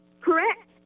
correct